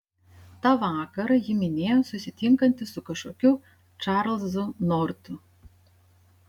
tą vakarą ji minėjo susitinkanti su kažkokiu čarlzu nortu